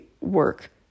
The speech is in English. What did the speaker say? work